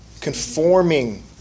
Conforming